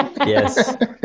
Yes